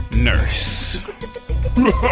nurse